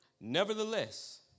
Nevertheless